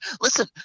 listen